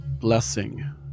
blessing